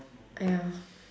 ya